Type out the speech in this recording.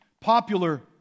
popular